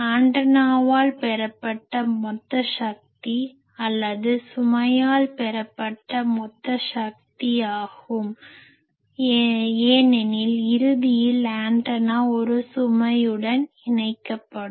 ஆண்டனாவால் பெறப்பட்ட மொத்த சக்தி அல்லது சுமையால் பெறப்பட்ட மொத்த சக்தி ஆகும் ஏனெனில் இறுதியில் ஆண்டனா ஒரு சுமையுடன் இணைக்கப்படும்